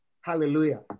Hallelujah